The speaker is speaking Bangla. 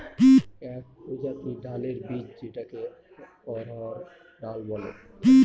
এক প্রজাতির ডালের বীজ যেটাকে অড়হর ডাল বলে